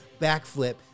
backflip